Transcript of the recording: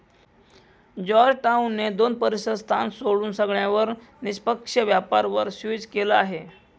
Georgetown ने दोन परीसर स्थान सोडून सगळ्यांवर निष्पक्ष व्यापार वर स्विच केलं आहे